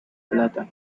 plata